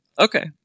Okay